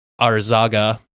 Arzaga